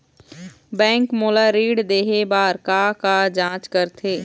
Bank मोला ऋण देहे बार का का जांच करथे?